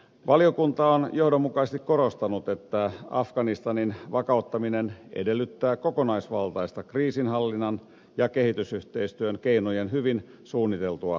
valiokunta on johdonmukaisesti korostanut että afganistanin vakauttaminen edellyttää kokonaisvaltaista kriisinhallinnan ja kehitysyhteistyön keinojen hyvin suunniteltua käyttämistä